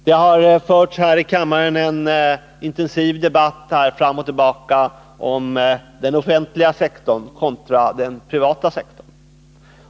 Det har här i kammaren förts en intensiv debatt fram och tillbaka om den offentliga sektorn kontra den privata.